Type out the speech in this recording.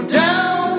down